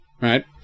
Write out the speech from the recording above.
Right